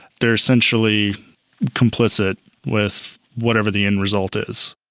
they're essentially complicit with whatever the end result is.